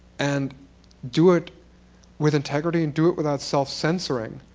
and do it with integrity and do it without self-censoring.